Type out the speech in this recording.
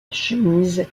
chemise